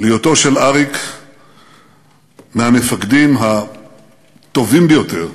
להיותו של אריק מהמפקדים הטובים ביותר,